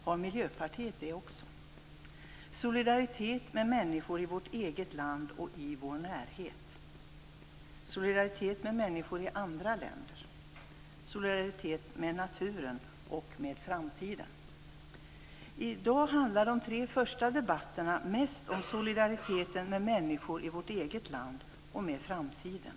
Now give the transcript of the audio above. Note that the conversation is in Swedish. Det handlar om solidaritet med människor i vårt eget land och i vår närhet, om solidaritet med människor i andra länder och om solidaritet med naturen och med framtiden. I dag handlar de tre första debattområdena i huvudsak om solidariteten med människor i vårt eget land och om solidariteten med framtiden.